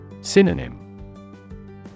Synonym